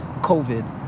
COVID